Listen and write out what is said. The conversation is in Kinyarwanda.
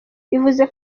bivuze